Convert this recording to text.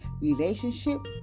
relationship